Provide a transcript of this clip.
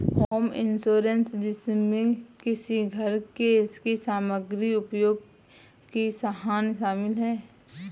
home insurance जिसमें किसी के घर इसकी सामग्री उपयोग की हानि शामिल है